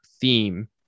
theme